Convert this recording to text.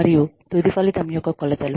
మరియు తుదిఫలితం యొక్క కొలతలు